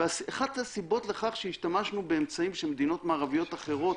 ואחת הסיבות לכך שהשתמשנו באמצעים שמדינות מערביות אחרות